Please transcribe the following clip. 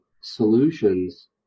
solutions